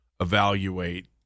evaluate